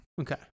Okay